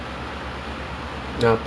pekat sikit pekat